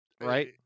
right